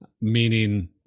meaning